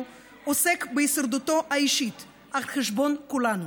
עוסק בהישרדותו האישית על חשבון כולנו.